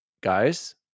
Guys